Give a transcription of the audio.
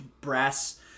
brass